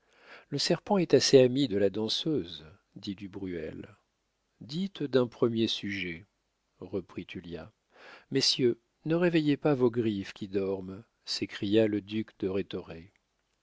le serpent est assez ami de la danseuse dit du bruel dites d'un premier sujet reprit tullia messieurs ne réveillez pas vos griffes qui dorment s'écria le duc de